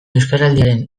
euskaraldiaren